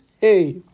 hey